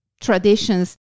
traditions